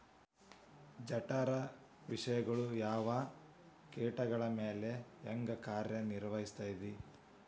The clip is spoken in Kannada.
ಜಠರ ವಿಷಗಳು ಯಾವ ಕೇಟಗಳ ಮ್ಯಾಲೆ ಹ್ಯಾಂಗ ಕಾರ್ಯ ನಿರ್ವಹಿಸತೈತ್ರಿ?